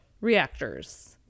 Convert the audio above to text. reactors